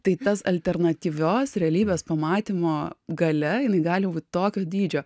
tai tas alternatyvios realybės pamatymo galia jinai gali būt tokio dydžio